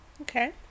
Okay